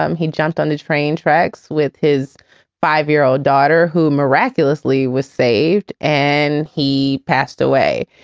um he jumped on the train tracks with his five year old daughter, who miraculously was saved and he passed away.